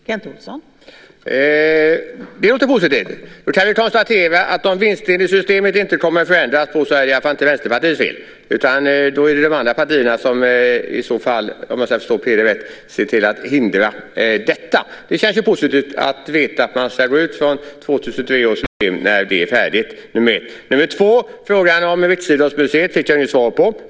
Fru talman! Det låter positivt. Då kan vi för det första konstatera att om vinstdelningssystemet inte kommer att förändras så är det i varje fall inte Vänsterpartiets fel utan då är det de andra partierna som i så fall, om jag förstod Peter rätt, ser till att hindra detta. Det känns positivt att veta att man ska utgå från år 2003 för systemet när det är färdigt. Den andra frågan om Riksidrottsmuseet fick jag inget svar på.